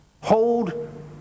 hold